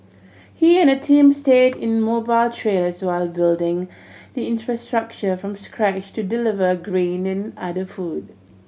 he and a team stayed in mobile trailers while building the infrastructure from scratch to deliver grain and other food